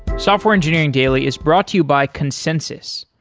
software engineering daily is brought to you by consensys.